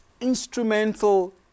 instrumental